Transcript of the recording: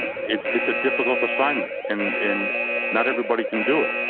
it's it's a difficult assignment and and not everybody can do it.